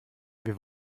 wir